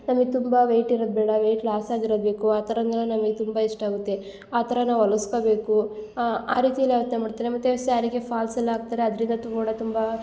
ನಮಗೆ ತುಂಬ ವೆಯ್ಟ್ ಇರೋದು ಬೇಡ ವೆಯ್ಟ್ ಲಾಸ್ ಆಗಿರೋದು ಬೇಕು ಆ ಥರ ಅಂದರೆ ನಮಗೆ ತುಂಬ ಇಷ್ಟ ಆಗುತ್ತೆ ಆ ಥರ ನಾವು ಹೊಲಿಸ್ಕೊಬೇಕು ಆ ರೀತಿಲಿ ಯೋಚನೆ ಮಾಡ್ತೇನೆ ಮತ್ತು ಸ್ಯಾರಿಗೆ ಫಾಲ್ಸೆಲ್ಲ ಹಾಕ್ತಾರೆ ಅದರಿಂದ ತು ಕೂಡ ತುಂಬ